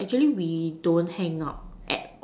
actually we don't hang out at